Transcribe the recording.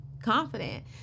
Confident